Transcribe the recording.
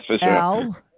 Al